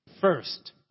first